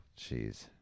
jeez